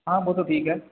हाँ वह तो ठीक है